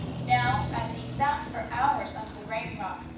now, as he sat for hours under the rain-rock,